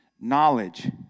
Knowledge